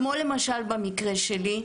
כמו למשל במקרה שלי,